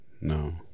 No